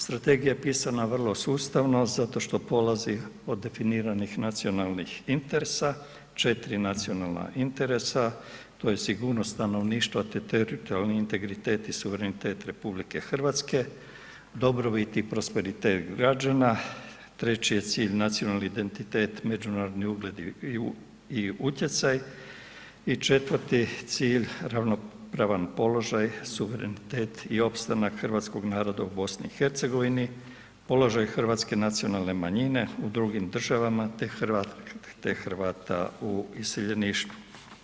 Strategija je pisana vrlo sustavno zato što polazi od definiranih nacionalnih interesa, 4 nacionalna interesa, to je sigurnost stanovništva te teritorijalni integritet i suverenitet RH, dobrobit i prosperitet građana, treći je cilj nacionalne identitet, međunarodni ugled i utjecaj i četvrti cilj ravnopravan položaj, suverenitet i opstanak hrvatskog naroda u BiH-u, položaj hrvatske nacionalne manjine u drugim državama te Hrvata u iseljeništvu.